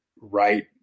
right